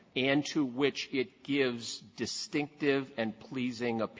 and to which it gives distinctive and pleasing,